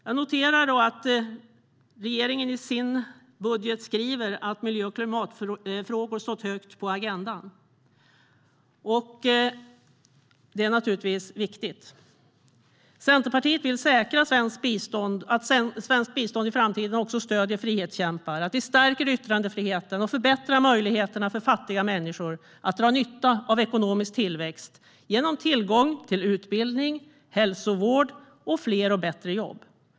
Jag noterar att regeringen i sin budget skriver att miljö och klimatfrågor har stått högt på agendan. Det är naturligtvis viktigt. Centerpartiet vill säkra att svenskt bistånd också i framtiden stöder frihetskämpar, att vi stärker yttrandefriheten och förbättrar möjligheterna för fattiga människor att dra nytta av ekonomisk tillväxt genom tillgång till utbildning, hälsovård och fler och bättre jobb.